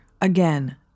again